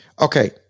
Okay